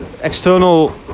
external